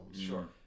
sure